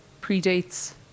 predates